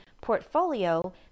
portfolio